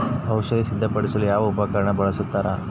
ಔಷಧಿ ಸಿಂಪಡಿಸಲು ಯಾವ ಉಪಕರಣ ಬಳಸುತ್ತಾರೆ?